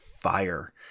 fire